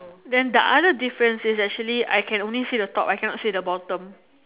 then the other difference is actually I can only see the top I cannot see the bottom